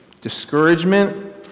discouragement